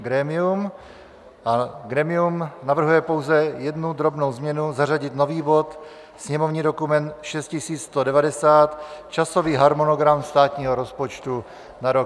Grémium navrhuje pouze jednu drobnou změnu, zařadit nový bod, sněmovní dokument 6190 časový harmonogram státního rozpočtu na rok 2021.